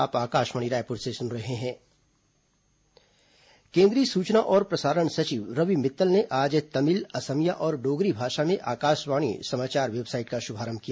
आकाशवाणी सम्मेलन केंद्रीय सूचना और प्रसारण सचिव रवि मित्तल ने आज तमिल असमिया और डोगरी भाषा में आकाशवाणी समाचार वेबसाइट का शुभारंभ किया